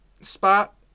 spot